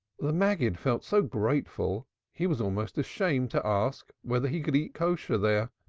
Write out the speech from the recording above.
the maggid felt so grateful he was almost ashamed to ask whether he could eat kosher there,